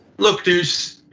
look deuce,